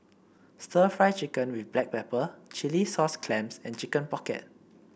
stir Fry Chicken with Black Pepper Chilli Sauce Clams and Chicken Pocket